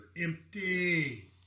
empty